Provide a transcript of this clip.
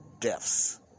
deaths